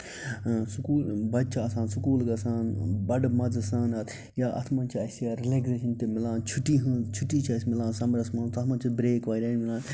سُکوٗ بَچہٕ چھِ آسان سُکوٗل گژھان بَڑٕ مَزٕ سان اَتھ یا اَتھ منٛز چھِ اَسہِ رِلیکزیشَن تہِ میلان چھُٹی ہٕنٛز چھُٹی چھِ اَسہِ میلان سَمرَس منٛز تَتھ منٛز چھِ برٛیک واریاہ میلان